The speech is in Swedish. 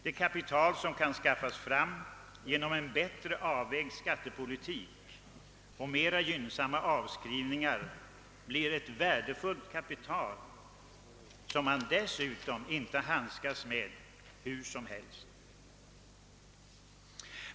Det kapital som kan skaffas fram genom en bättre avvägd skattepolitik och mera gynnsamma avskrivningar blir ett värdefullare kapital som man dessutom inte handskas med hur som helst.